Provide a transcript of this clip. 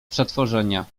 przetworzenia